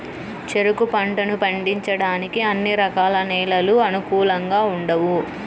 చెరుకు పంటను పండించడానికి అన్ని రకాల నేలలు అనుకూలంగా ఉండవు